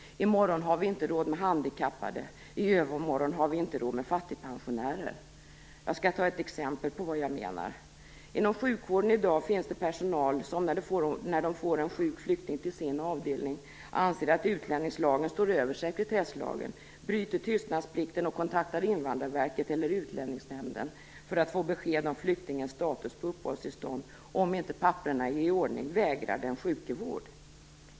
I morgon har vi inte råd med handikappade. I övermorgon har vi inte råd med fattigpensionärer. Jag skall ge ett exempel på vad jag menar. Inom sjukvården i dag finns det personal som, när den får en sjuk flykting till sin avdelning, anser att utlänningslagen står över sekretesslagen, bryter tystnadsplikten och kontaktar Invandrarverket eller Utlänningsnämnden för att få besked om flyktingens status på uppehållstillstånd. Om inte papprena är i ordning vägrar man den sjuke vård vård.